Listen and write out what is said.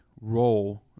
role